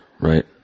right